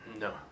No